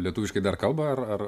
lietuviškai dar kalba ar ar